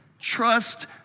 trust